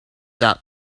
that